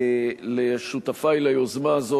לשותפי ליוזמה הזאת,